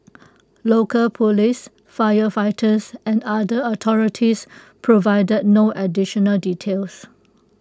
local Police firefighters and other authorities provided no additional details